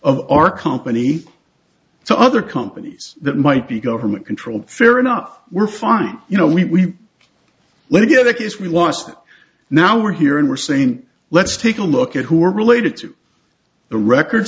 of our company to other companies that might be government controlled fair enough we're fine you know we will give the case we lost now we're here and we're saying let's take a look at who are related to the record